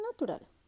Natural